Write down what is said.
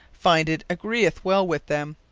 finde, it agreeth well with them.